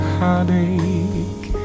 Heartache